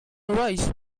arise